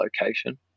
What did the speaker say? location